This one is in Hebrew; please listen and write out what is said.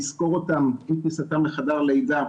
לסקור אותן לפני כניסתן לחדר לידה,